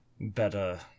better